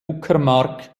uckermark